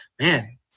man